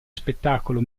spettacolo